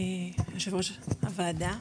יושבת ראש הוועדה,